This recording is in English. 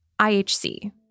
IHC